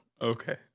Okay